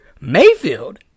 Mayfield